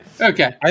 Okay